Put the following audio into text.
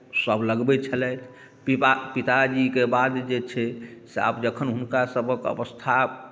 सभ लगबै छलथि पिपा पिताजीके बाद जे छै से आब जखन हुनकासभक अवस्था